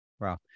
Wow